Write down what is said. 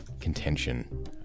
contention